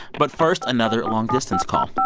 but first, another long-distance call